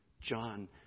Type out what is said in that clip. John